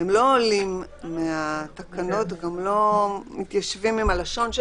לא עולים מהתקנות, הם גם לא מתיישבים עם הלשון של